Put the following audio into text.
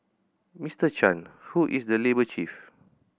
Mr Chan who is the labour chief